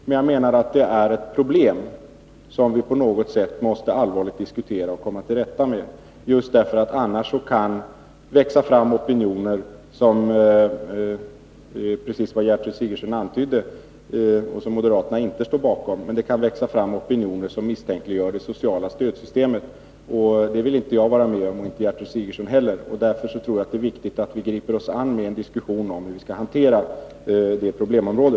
Men jag menar att detta är ett problem som vi allvarligt måste diskutera och komma till rätta med — annars kan det, precis som Gertrud Sigurdsen antyder, växa fram opinioner som moderaterna inte står bakom, opinioner som misstänkliggör det sociala stödsystemet. Det vill inte jag och inte heller Gertrud Sigurdsen vara med om, och därför tror jag att det är viktigt att vi griper oss an med en diskussion om hur vi skall hantera detta problemområde.